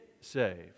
saved